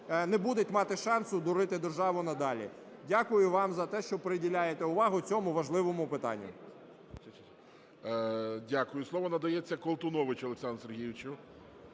не будуть мати шансу дурити державу надалі. Дякую вам за те, що приділяєте увагу цьому важливому питанню. ГОЛОВУЮЧИЙ. Дякую. Слово надається Колтуновичу Олександру Сергійовичу.